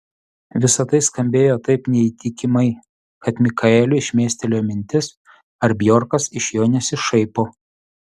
visa tai skambėjo taip neįtikimai kad mikaeliui šmėstelėjo mintis ar bjorkas iš jo nesišaipo